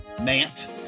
mant